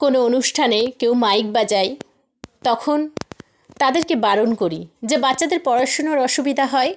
কোনো অনুষ্ঠানে কেউ মাইক বাজায় তখন তাদেরকে বারণ করি যে বাচ্ছাদের পড়াশুনোর অসুবিধা হয়